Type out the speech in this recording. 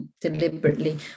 deliberately